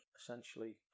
essentially